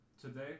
today